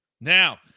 Now